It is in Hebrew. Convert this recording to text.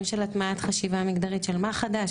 של הטמעת חשיבה מגדרית של מה חדש,